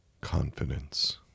Confidence